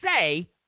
say